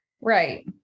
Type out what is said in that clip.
Right